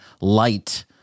light